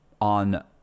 on